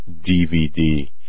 DVD